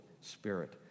Spirit